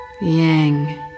Yang